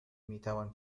میتوان